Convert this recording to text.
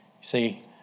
see